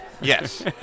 Yes